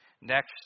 Next